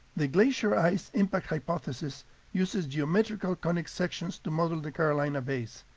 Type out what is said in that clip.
the glacier ice impact hypothesis uses geometrical conic sections to model the carolina bays.